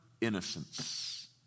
innocence